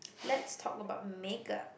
let's talk about make-up